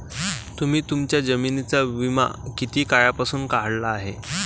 तुम्ही तुमच्या जमिनींचा विमा किती काळापासून काढला आहे?